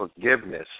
forgiveness